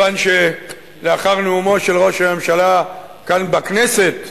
לאחר נאומו של ראש הממשלה כאן בכנסת,